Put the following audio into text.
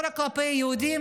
לא רק כלפי יהודים,